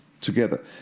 together